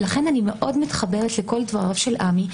ולכן אני מאוד מתחברת לכל דבריו של עמי,